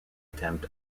attempt